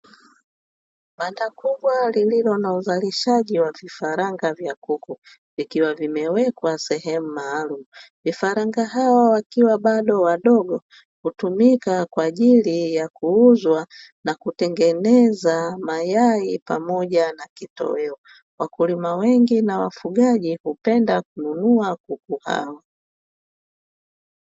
Banda kubwa lililo na uandaaji wa vifaranga vya kuku, vikiwa vimewekwa sehemu maalumu. Vifaranga hawa wakiwa bado wadogo, hutumika kwa ajili ya kuuzwa na kutengeneza mayai pamoja na kitoweo. Wakulima wengi na wafugaji hupenda kununua kuku hao.